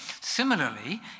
Similarly